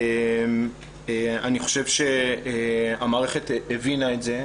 המערכת הבינה את זה.